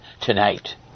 tonight